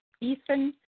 Ethan